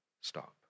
stop